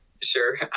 Sure